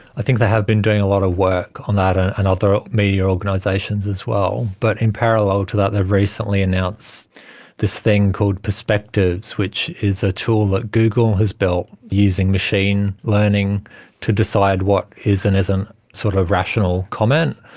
i think they have been doing a lot of work on that and other media organisations as well. but in parallel to that they've recently announced this thing called perspectives which is a tool that google has built using machine learning to decide what is and isn't sort of rational comment,